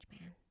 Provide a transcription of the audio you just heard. man